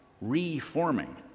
reforming